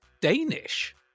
Danish